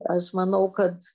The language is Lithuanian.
aš manau kad